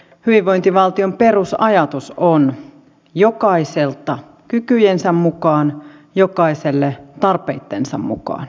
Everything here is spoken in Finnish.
hyvinvointivaltion perusajatus on jokaiselta kykyjensä mukaan jokaiselle tarpeittensa mukaan